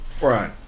Right